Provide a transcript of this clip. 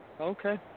Okay